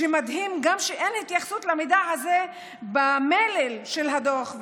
שמדהים שאין התייחסות למידע הזה במלל של הדוח,